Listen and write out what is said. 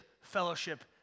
fellowship